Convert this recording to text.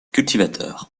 cultivateur